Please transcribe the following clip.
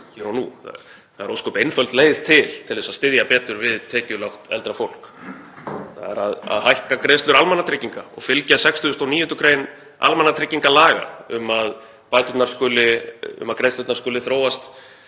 Það er til ósköp einföld leið til þess að styðja betur við tekjulágt eldra fólk, það er að hækka greiðslur almannatrygginga og fylgja 69. gr. almannatryggingalaga um að greiðslurnar skuli þróast